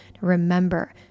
Remember